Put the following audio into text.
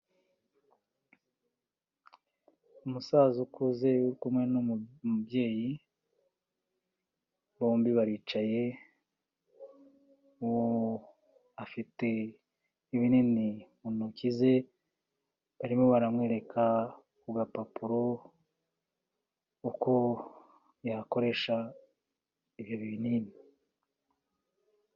Umusaza ukuze ari kumwe n'umubyeyi bombi baricaye, afite ibinini mu ntoki ze barimo baramwereka ku gapapuro uko yakoresha ibyo binini.